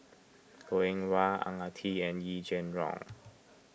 Goh Eng Wah Ang Ah Tee and Yee Jenn Jong